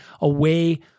away